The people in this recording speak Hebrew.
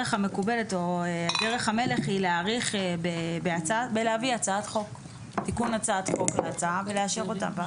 שדרך המלך היא להביא תיקון הצעת חוק להצעה ולאשר אותה.